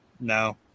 No